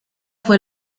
fue